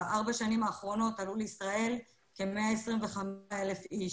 בארבע שנים האחרונות עלו לישראל כ-125,000 איש.